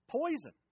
poison